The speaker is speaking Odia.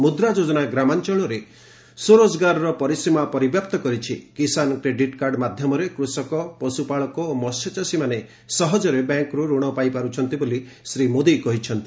ମୁଦ୍ରା ଯୋଜନା ଗ୍ରାମାଂଚଳରେ ସ୍ୱରୋଜଗାରର ପରିସୀମା ପରିବ୍ୟାପ୍ତ କରିଛି ଓ କିଷାନ୍ କ୍ରେଡିଟ୍ କାର୍ଡ୍ ମାଧ୍ୟମରେ କୃଷକ ପଶୁପାଳକ ଓ ମହ୍ୟଚାଷୀମାବେ ସହକରେ ବ୍ୟାଙ୍କ୍ରୁ ଋଣ ପାଇପାରୁଛନ୍ତି ବୋଲି ଶ୍ରୀ ମୋଦି କହିଛନ୍ତି